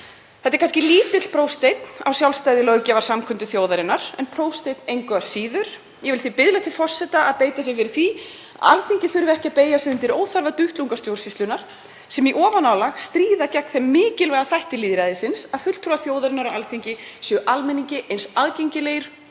Þetta er kannski lítill prófsteinn á sjálfstæði löggjafarsamkundu þjóðarinnar en prófsteinn engu að síður. Ég vil því biðla til forseta að beita sér fyrir því að Alþingi þurfi ekki að beygja sig undir óþarfa duttlunga stjórnsýslunnar sem í ofanálag stríða gegn þeim mikilvæga þætti lýðræðisins að fulltrúar þjóðarinnar á Alþingi séu almenningi eins aðgengilegir